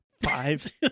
five